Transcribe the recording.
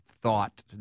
thought